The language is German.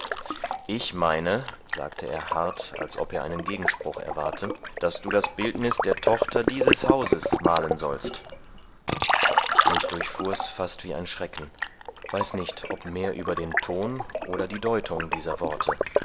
ich meine sagte er hart als ob er einen gegenspruch erwarte daß du das bildniß der tochter dieses hauses malen sollst mich durchfuhr's fast wie ein schrecken weiß nicht ob mehr über den ton oder die deutung dieser worte